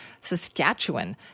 Saskatchewan